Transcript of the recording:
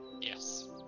Yes